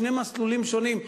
שני מסלולים שונים.